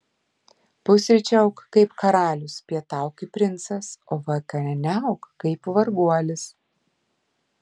pusryčiauk kaip karalius pietauk kaip princas o vakarieniauk kaip varguolis